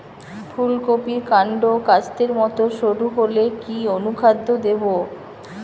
ফুলকপির কান্ড কাস্তের মত সরু হলে কি অনুখাদ্য দেবো?